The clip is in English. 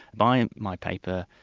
buy and my paper.